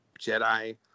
Jedi